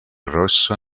rosso